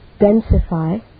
densify